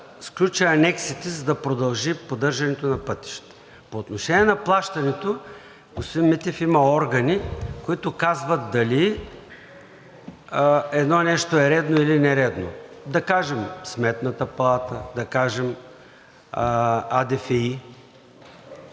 сключи анексите, за да продължи поддържането на пътищата. По отношение на плащането, господин Митев, има органи, които казват дали едно нещо е редно, или нередно. Да кажем, Сметната палата, АДФИ.